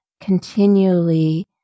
continually